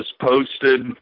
posted